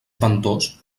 ventós